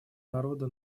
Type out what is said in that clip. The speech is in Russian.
народа